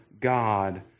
God